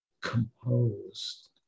composed